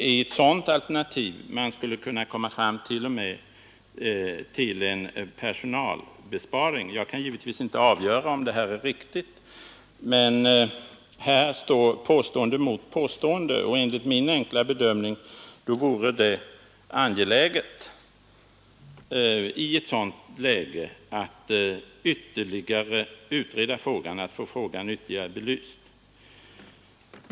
Med ett sådant alternativ skulle man t.o.m. nå en personalbesparing. Jag kan givetvis inte avgöra om det är riktigt. Här står påstående mot påstående, och enligt min enkla bedömning vore det i ett sådant läge angeläget att få frågan ytterligare belyst.